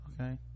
okay